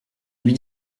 lui